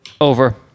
Over